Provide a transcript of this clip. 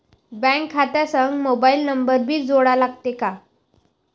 Bank खात्या संग mobile number भी जोडा लागते काय?